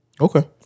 Okay